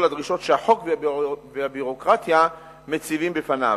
הדרישות שהחוק והביורוקרטיה מציבים בפניו.